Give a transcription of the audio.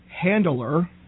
handler